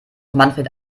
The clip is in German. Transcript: manfred